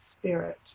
spirit